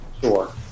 Sure